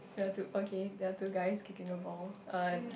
there are two okay there are two guys kicking a ball uh the